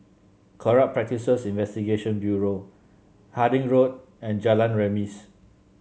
Corrupt Practices Investigation Bureau Harding Road and Jalan Remis